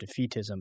defeatism